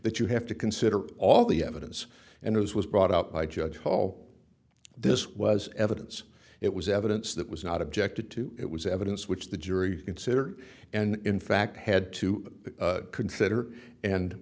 that you have to consider all the evidence and as was brought out by judge paul this was evidence it was evidence that was not objected to it was evidence which the jury considered and in fact had to consider and